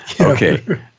Okay